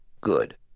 Good